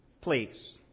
please